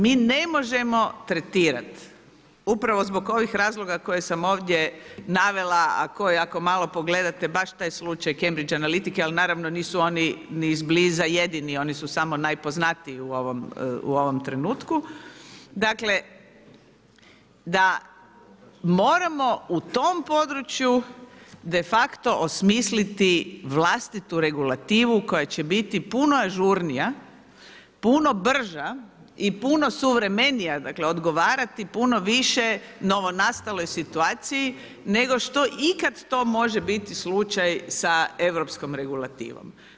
Mi ne možemo tretirat upravo zbog ovih razloga koje sam ovdje navela, a koje ako malo pogledate baš taj slučaj Cambridge analytice ali naravno nisu oni ni izbliza jedini oni su samo najpoznatiji u ovom trenutku, dakle da moramo u tom području de facto osmisliti vlastitu regulativu koja će biti puno ažurnija, puno brža i puno suvremenija, dakle odgovarati puno više novonastaloj situaciji nego što ikad to može biti slučaj sa europskom regulativom.